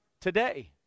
today